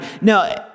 No